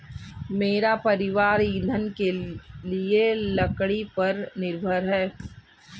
मेरा परिवार ईंधन के लिए लकड़ी पर निर्भर है